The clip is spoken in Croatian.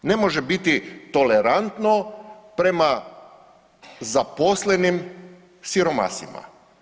Ne može biti tolerantno prema zaposlenim siromasima.